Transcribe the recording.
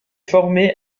formé